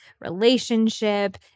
relationship